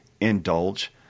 indulge